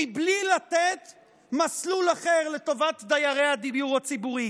בלי לתת מסלול אחר לטובת דיירי הדיור הציבורי.